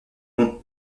ont